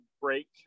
break